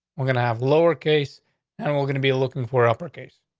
we're gonna have lower case and we're gonna be looking for uppercase.